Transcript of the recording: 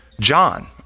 John